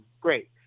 Great